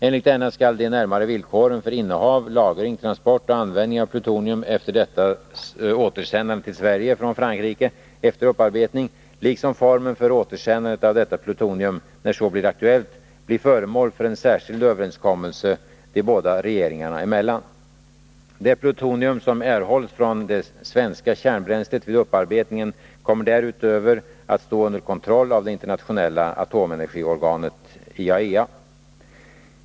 Enligt denna skall de närmare villkoren för innehav, lagring, transport och användning av plutonium efter dettas återsändande till Sverige från Frankrike efter upparbetning, liksom formen för återsändandet av detta plutonium, när så blir aktuellt, bli föremål för en särskild överenskommelse de båda regeringarna emellan. Det plutonium som erhålls från det svenska kärnbränslet vid upparbetningen kommer därutöver att stå under kontroll av det internationella atomenergiorganet IAEA.